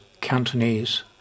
Cantonese